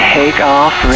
takeoff